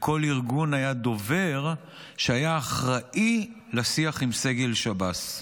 לכל ארגון היה דובר שהיה אחראי לשיח עם סגל שב"ס.